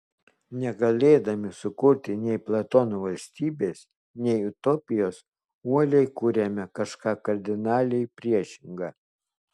negalėdami sukurti nei platono valstybės nei utopijos uoliai kuriame kažką kardinaliai priešinga